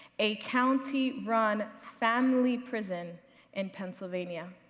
a county run family prison in pennsylvania.